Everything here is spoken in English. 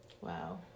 wow